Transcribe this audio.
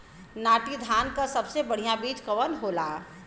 नाटी धान क सबसे बढ़िया बीज कवन होला?